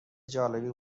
جالبی